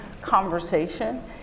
conversation